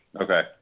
Okay